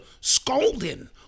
scolding